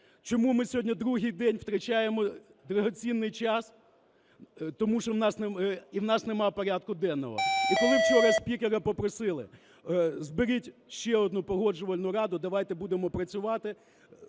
чому ми сьогодні другий день втрачаємо дорогоцінний час, тому що в нас… і в нас нема порядку денного? І коли вчора спікера попросили, зберіть ще одну Погоджувальну раду, давайте будемо працювати,